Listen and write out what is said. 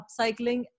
upcycling